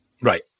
right